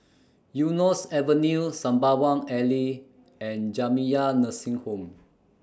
Eunos Avenue Sembawang Alley and Jamiyah Nursing Home